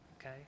okay